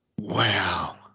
Wow